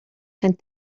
zijn